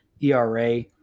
ERA